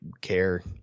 care